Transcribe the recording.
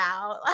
out